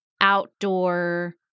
outdoor